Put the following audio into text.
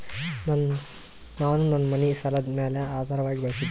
ನಾನು ನನ್ನ ಮನಿ ಸಾಲದ ಮ್ಯಾಲ ಆಧಾರವಾಗಿ ಬಳಸಿದ್ದೇನೆ